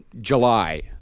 July